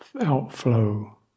outflow